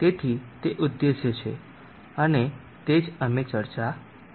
તેથી તે ઉદ્દેશ છે અને તે જ અમે ચર્ચા કરીશું